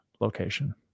location